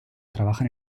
trabajan